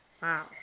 Wow